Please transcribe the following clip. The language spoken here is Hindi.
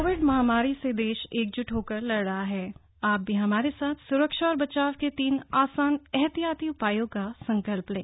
कोविड महामारी से देश एकजुट होकर लड़ रहा हथ आप भी हमारे साथ सुरक्षा और बचाव के तीन आसान एहतियाती उपायों का संकल्प लें